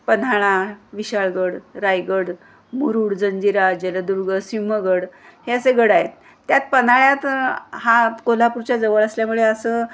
पन्हाळा विशाळगड रायगड मुरुड जंजिरा जलदुर्ग सिंहगड हे असे गडं आहेत त्यात पन्हाळ्यात हा कोल्हापूरच्या जवळ असल्यामुळे असं